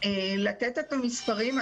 לתת את המספרים.